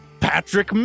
Patrick